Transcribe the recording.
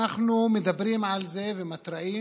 אנחנו מדברים על זה ומתריעים,